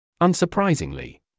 Unsurprisingly